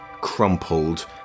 crumpled